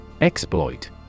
Exploit